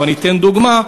ואני אתן דוגמה,